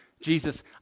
Jesus